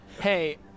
Hey